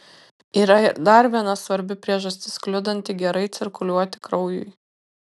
yra ir dar viena svarbi priežastis kliudanti gerai cirkuliuoti kraujui